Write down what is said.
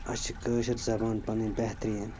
اَسہِ چھِ کٲشِر زبان پنٕنۍ بہتریٖن